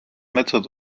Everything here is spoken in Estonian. metsad